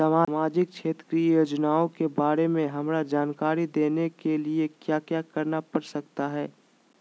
सामाजिक क्षेत्र की योजनाओं के बारे में हमरा जानकारी देने के लिए क्या क्या करना पड़ सकता है?